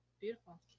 beautiful